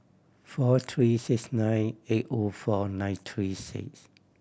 four three six nine eight O four nine three six